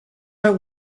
are